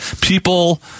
people